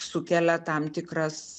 sukelia tam tikras